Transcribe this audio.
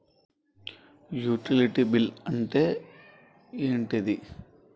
Utility bill అంటే ఏంటిది?